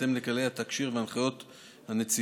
בהתאם לכללי התקשי"ר והנחיות הנציבות.